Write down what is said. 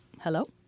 Hello